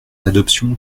adoption